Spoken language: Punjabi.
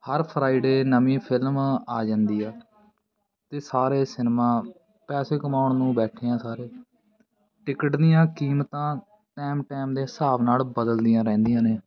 ਹਰ ਫਰਾਈਡੇ ਨਵੀਂ ਫਿਲਮ ਆ ਜਾਂਦੀ ਆ ਅਤੇ ਸਾਰੇ ਸਿਨੇਮਾ ਪੈਸੇ ਕਮਾਉਣ ਨੂੰ ਬੈਠੇ ਆ ਸਾਰੇ ਟਿਕਟ ਦੀਆਂ ਕੀਮਤਾਂ ਟਾਈਮ ਟਾਈਮ ਦੇ ਹਿਸਾਬ ਨਾਲ ਬਦਲਦੀਆਂ ਰਹਿੰਦੀਆਂ ਨੇ